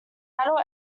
adult